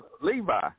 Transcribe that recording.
Levi